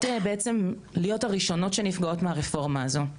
בעצם להיות הראשונות שנפגעות מהרפורמה הזו.